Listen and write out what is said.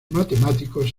matemáticos